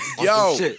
Yo